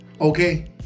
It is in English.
Okay